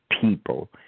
people